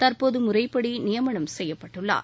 தற்போது முறைப்படி நியமனம் செய்யப்பட்டுள்ளார்